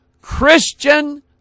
Christian